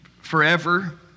forever